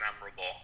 memorable